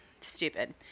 Stupid